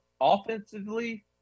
Offensively